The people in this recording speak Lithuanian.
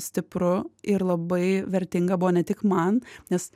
stipru ir labai vertinga buvo ne tik man nes